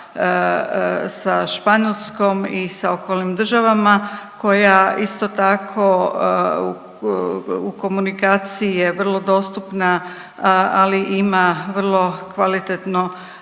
sa Španjolskom i sa okolnim državama koja isto tako u komunikaciji je vrlo dostupna ali ima vrlo kvalitetno